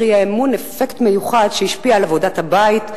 האי-אמון אפקט מיוחד שהשפיע על עבודת הבית,